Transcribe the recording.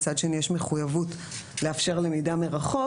מצד שני יש מחויבות לאפשר למידה מרחוק,